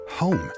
Home